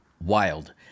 wild